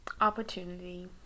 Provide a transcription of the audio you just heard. opportunity